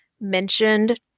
mentioned